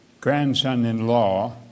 grandson-in-law